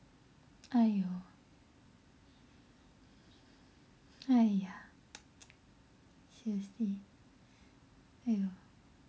!aiyo! !aiya! seriously !aiyo!